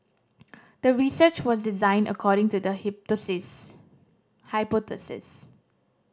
the research was designed according to the hypothesis